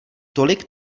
tolik